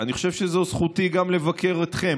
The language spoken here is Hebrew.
אני חושב שזו זכותי גם לבקר אתכם.